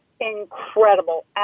incredible